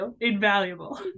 invaluable